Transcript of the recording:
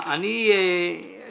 אני